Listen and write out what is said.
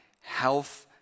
health